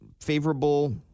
favorable